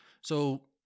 So-